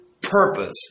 purpose